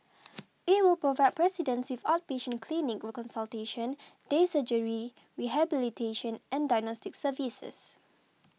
it will provide residents with outpatient clinic consultation day surgery rehabilitation and diagnostic services